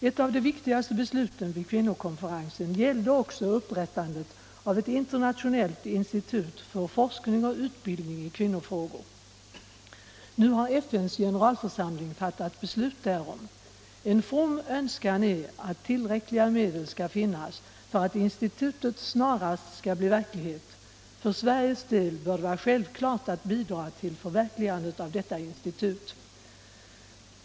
Ett av de viktigaste besluten vid kvinnokonferensen gällde också upprättandet av ett internationellt institut för forskning och utbildning i kvinnofrågor. Nu har FN:s generalförsamling fattat beslut därom. En from önskan är att tillräckliga medel skall finnas för att institutet snarast skall bli verklighet. För Sveriges del bör det vara självklart att bidra till förverkligandet av detta institut.